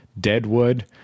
Deadwood